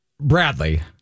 Bradley